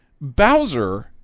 Bowser